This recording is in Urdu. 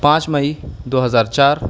پانچ مئی دو ہزار چار